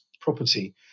Property